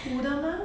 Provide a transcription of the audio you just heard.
is 苦的吗